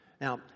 Now